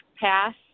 pass